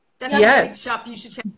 Yes